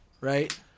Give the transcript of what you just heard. Right